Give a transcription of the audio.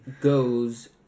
goes